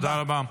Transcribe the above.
תודה רבה.